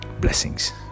blessings